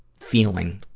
feeling,